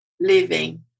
living